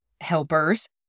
helpers